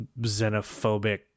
xenophobic